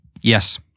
Yes